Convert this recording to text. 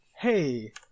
hey